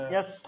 Yes